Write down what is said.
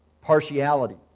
Partiality